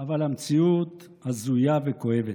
אבל המציאות הזויה וכואבת.